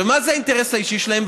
מה זה האינטרס האישי שלהם?